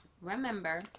remember